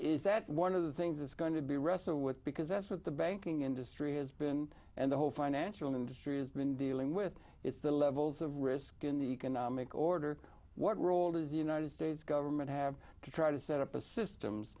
is that one of the things that's going to be wrestle with because that's what the banking industry has been and the whole financial industry has been dealing with is the levels of risk in the economic order what role does the united states government have to try to set up a systems